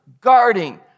guarding